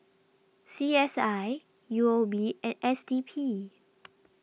C S I U O B and S D P